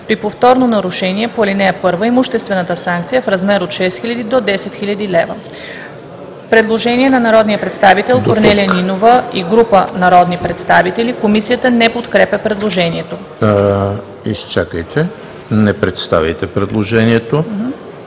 При повторно нарушение по ал. 1 имуществената санкция е в размер от 6000 до 10 000 лв.“ Предложение на народния представител Корнелия Нинова и група народни представители. Комисията не подкрепя предложението. ПРЕДСЕДАТЕЛ ЕМИЛ ХРИСТОВ: Дотук. Изчакайте, не представяйте предложението.